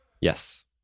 Yes